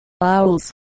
owls